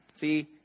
See